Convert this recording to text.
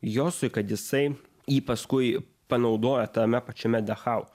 hiosui kad jisai jį paskui panaudoja tame pačiame dachau